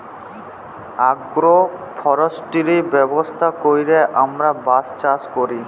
agro forestry ব্যবস্থা ক্যইরে আমরা বাঁশ চাষ ক্যরি